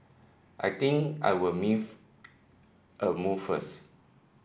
I think I'll a move first